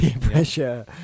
pressure